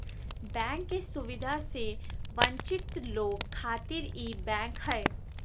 bank के सुविधा से वंचित लोग खातिर ई बैंक हय